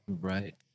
right